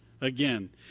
again